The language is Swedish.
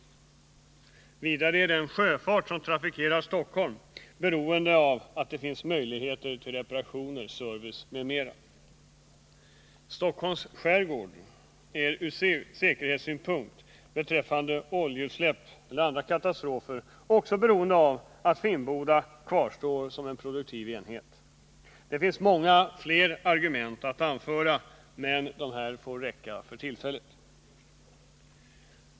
Vidare är sjöfarten på Stockholm beroende av att det finns möjligheter till reparationer, service m.m. Stockholms skärgård är från säkerhetssynpunkt i fråga om oljeutsläpp eller andra katastrofer också beroende av att Finnboda kvarstår som en produktiv enhet. Det finns många fler argument att anföra, men dessa får räcka för tillfället.